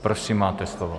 Prosím, máte slovo.